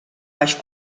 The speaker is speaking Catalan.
baix